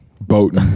boat